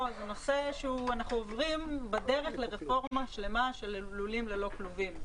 אנחנו עוברים בדרך לרפורמה שלמה של לולים ללא כלובים.